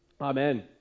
Amen